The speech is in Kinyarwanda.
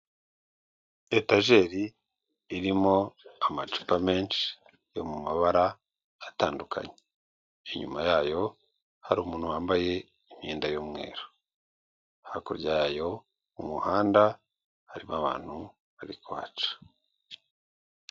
Etageri irimo amacupa menshi yo mu mabara atandukanye, inyuma yayo hari umuntu wambaye imyenda y'umweru, hakurya yayo mu muhanda harimo abantu bari kuhaca.